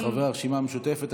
חברי הרשימה המשותפת,